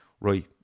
right